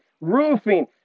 roofing